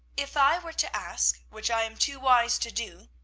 if i were to ask, which i am too wise to do,